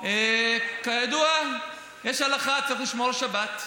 כידוע יש הלכה: צריך לשמור שבת.